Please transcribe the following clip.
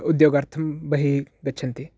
उद्योगार्थं बहिः गच्छन्ति